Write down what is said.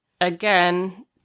again